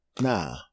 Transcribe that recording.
Nah